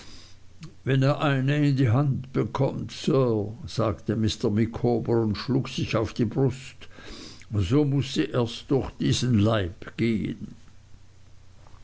wenn er eine in die hand bekommt sir sagte mr micawber und schlug sich auf die brust so muß sie erst durch diesen leib gehen